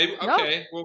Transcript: Okay